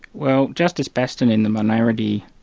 well justice basten in the minority,